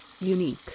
unique